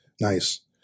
Nice